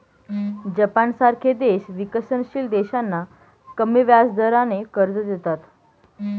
जपानसारखे देश विकसनशील देशांना कमी व्याजदराने कर्ज देतात